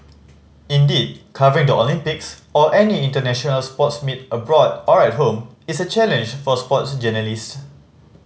indeed covering the Olympics or any international sports meet abroad or at home is a challenge for sports journalist